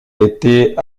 était